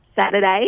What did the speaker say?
Saturday